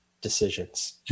decisions